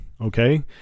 Okay